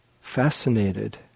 fascinated